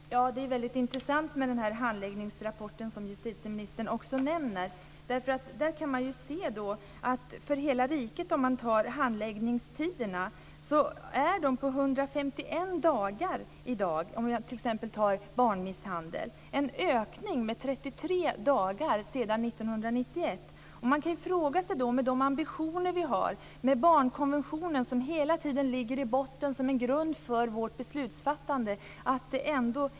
Herr talman! Det är väldigt intressant med den handläggningsrapport som justitieministern nämner. Där kan man se att handläggningstiderna för hela riket uppgår till 151 dagar i dag när det gäller t.ex. barnmisshandel. Det innebär en ökning med 33 dagar sedan 1991. Med de ambitioner som finns kan man fråga sig varför det inte konkret blir bättre när barnkonventionen hela tiden ligger som grund för vårt beslutsfattande.